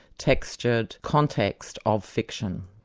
textured context of fiction.